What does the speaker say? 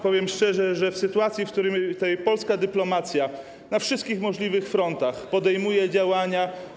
Powiem szczerze, że w sytuacji, w której polska dyplomacja na wszystkich możliwych frontach podejmuje działania.